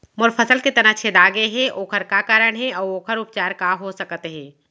मोर फसल के तना छेदा गेहे ओखर का कारण हे अऊ ओखर उपचार का हो सकत हे?